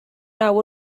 naw